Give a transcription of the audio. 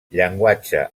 llenguatge